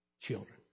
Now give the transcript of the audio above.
children